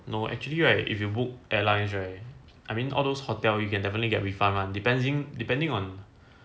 no actually right if you book airlines right I mean all those hotel you can definitely get refund one depending depending on